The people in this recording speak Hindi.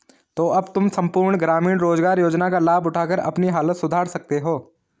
तो अब तुम सम्पूर्ण ग्रामीण रोज़गार योजना का लाभ उठाकर अपनी हालत सुधार सकते हो